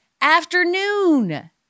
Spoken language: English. afternoon